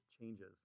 changes